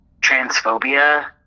transphobia